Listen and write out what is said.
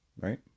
right